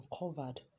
uncovered